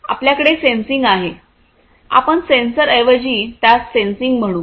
आपल्याकडे सेन्सिंग आहे आपण सेन्सर ऐवजी त्यास सेन्सिंग म्हणू